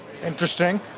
Interesting